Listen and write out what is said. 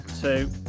two